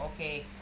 okay